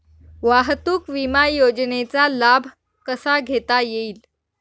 वाहतूक विमा योजनेचा लाभ कसा घेता येईल?